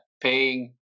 paying